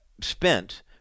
spent